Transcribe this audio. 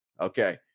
Okay